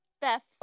Beth